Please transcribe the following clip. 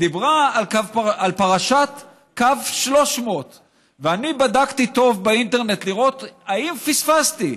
ודיברה על פרשת קו 300. ואני בדקתי טוב באינטרנט לראות אם פספסתי: